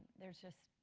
there's just,